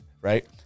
right